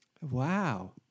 wow